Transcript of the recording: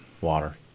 Water